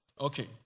Okay